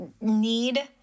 need